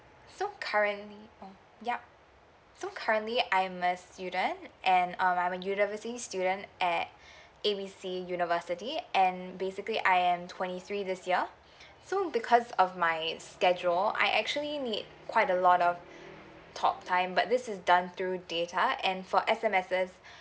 so current oh yup so currently I'm a student and um I'm a university student at A B C university and basically I am twenty three this year so because of my schedule I actually need quite a lot of talk time but this is done through data and for S_M_Ses